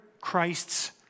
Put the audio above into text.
Christ's